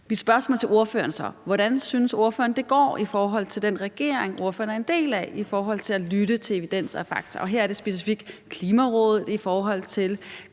Hvordan synes ordføreren det går i den regering, ordføreren er en del af, i forhold til at lytte til evidens og fakta? Her taler jeg specifikt om Klimarådet,